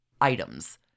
items